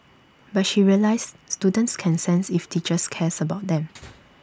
but she realised students can sense if teachers cares about them